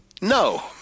No